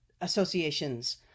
associations